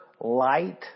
light